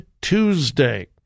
Tuesday